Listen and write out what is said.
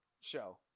show